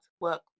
work